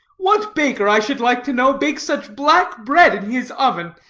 what baker, i should like to know, bakes such black bread in his oven,